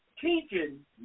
Teaching